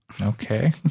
Okay